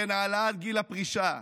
כן, העלאת גיל הפרישה,